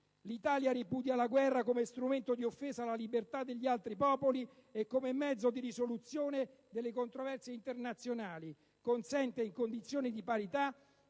«L'Italia ripudia la guerra come strumento di offesa alla libertà degli altri popoli e come mezzo di risoluzione delle controversie internazionali; consente, in condizioni di parità